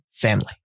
family